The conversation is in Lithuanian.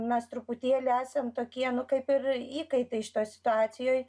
mes truputėlį esam tokie nu kaip ir įkaitai šitoj situacijoj